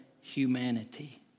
humanity